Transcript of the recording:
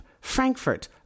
Frankfurt